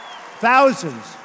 Thousands